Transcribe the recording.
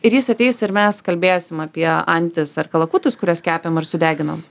ir jis ateis ir mes kalbėsim apie antis ar kalakutus kuriuos kepėm ar sudeginom